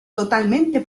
totalmente